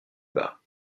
bas